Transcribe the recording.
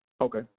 Okay